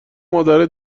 مادرای